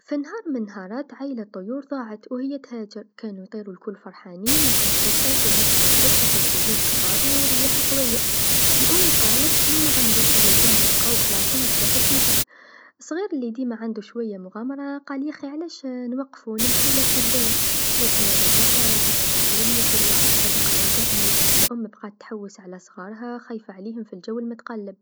في نهار من نهارات عايلة طيور ضاعت و هي تهاجر، كانو يطيرو الكل فرحانين لكن فجأ دنيا تبدلت و جاو غيوم كبار و رياح قويا، الأم قالت شنو نعملو يلزمنا نلقاو بلاصه نرتاحو فيها، الصغير لديما عندو شويا مغامرا قال يخي علاش نوقفو نمشيو للقدام لكن الرياح عصفت بيهم و كل واحد تفرق على الباقيين، الأم بقات تحوس على صغارها خايفا عليهم في الجو المتقلب.